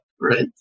right